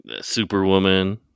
Superwoman